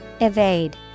Evade